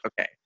okay